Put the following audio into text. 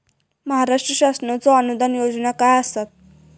महाराष्ट्र शासनाचो अनुदान योजना काय आसत?